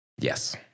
Yes